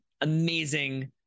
amazing